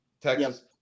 Texas